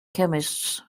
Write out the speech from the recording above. chemists